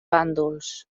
bàndols